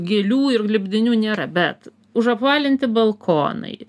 gėlių ir lipdinių nėra bet užapvalinti balkonai